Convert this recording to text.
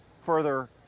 further